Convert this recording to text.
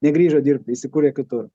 negrįžo dirbti įsikūrė kitur